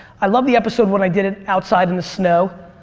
i love the episode when i did it outside in the snow.